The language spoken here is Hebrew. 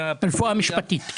והרפואה המשפטית.